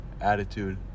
attitude